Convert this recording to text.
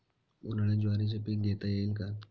उन्हाळ्यात ज्वारीचे पीक घेता येईल का?